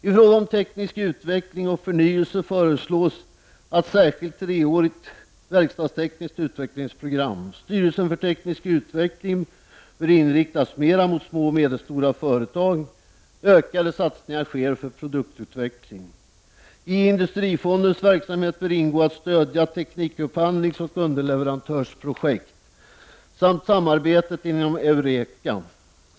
I fråga om teknisk utveckling och förnyelse föreslås ett särskilt treårigt verkstadstekniskt utvecklingsprogram. Styrelsen för teknisk utveckling bör inriktas mera mot små och medelstora företag. Ökade satsningar sker för produktutveckling. I Industrifondens verksamhet bör ingå att stödja teknikupphandlingsoch underleverantörsprojekt samt samarbetet inom Eureka.